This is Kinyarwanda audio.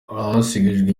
abasigajwe